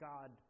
God